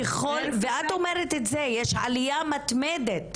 ואת אומרת את זה - יש עלייה מתמדת